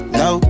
no